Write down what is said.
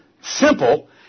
simple